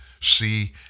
see